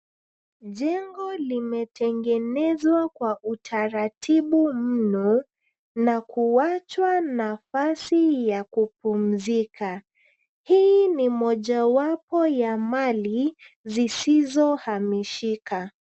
Jengo limetengenezwa kwa utaratibu mno na kuwachwa nafasi ya kupumzika. Hii ni mojawapo ya mali zisizohamishika.